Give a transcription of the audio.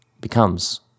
becomes